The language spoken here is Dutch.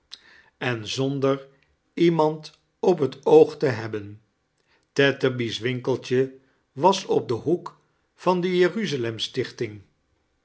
en zonder iemand op het oog te hebben tetterby's winkeltje was op den hoek van de